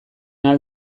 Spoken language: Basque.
ahal